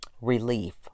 relief